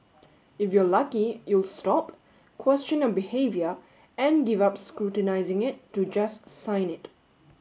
if you're lucky you'll stop question your behaviour and give up scrutinising it to just sign it